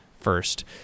first